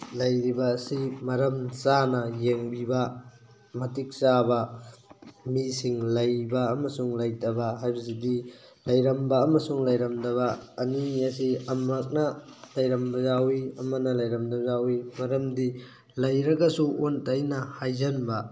ꯂꯩꯔꯤꯕ ꯑꯁꯤ ꯃꯔꯝ ꯆꯥꯅ ꯌꯦꯡꯕꯤꯕ ꯃꯇꯤꯛ ꯆꯥꯕ ꯃꯤꯁꯤꯡ ꯂꯩꯕ ꯑꯃꯁꯨꯡ ꯂꯩꯇꯕ ꯍꯥꯏꯕꯁꯤꯗꯤ ꯂꯩꯔꯝꯕ ꯑꯃꯁꯨꯡ ꯂꯩꯔꯝꯗꯕ ꯑꯅꯤ ꯑꯁꯤ ꯑꯃꯨꯔꯛꯅ ꯂꯩꯔꯝꯕ ꯌꯥꯎꯏ ꯑꯃꯅ ꯂꯩꯔꯝꯗꯕ ꯌꯥꯎꯏ ꯃꯔꯝꯗꯤ ꯂꯩꯔꯒꯁꯨ ꯑꯣꯟꯅ ꯇꯩꯅꯅ ꯍꯥꯏꯖꯤꯟꯕ